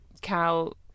Cal